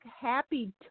Happy